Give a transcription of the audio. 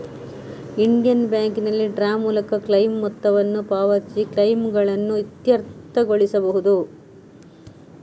Indian ಬ್ಯಾಂಕಿನಲ್ಲಿ draw ಮೂಲಕ claim ಮೊತ್ತವನ್ನು ಪಾವತಿಸಿ ಕ್ಲೈಮುಗಳನ್ನು ಇತ್ಯರ್ಥಗೊಳಿಸಬಹುದು